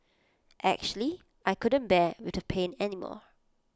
actually I couldn't bear with the pain anymore